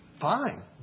Fine